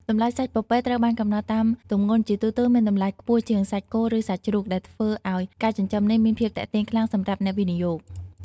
តម្លៃសាច់ពពែត្រូវបានកំណត់តាមទម្ងន់ ជាទូទៅមានតម្លៃខ្ពស់ជាងសាច់គោឬសាច់ជ្រូក ដែលធ្វើឲ្យការចិញ្ចឹមនេះមានភាពទាក់ទាញខ្លាំងសម្រាប់អ្នកវិនិយោគ។